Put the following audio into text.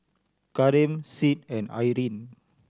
Karim Sid and Irine